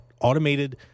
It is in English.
automated